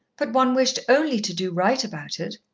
but one wished only to do right about it.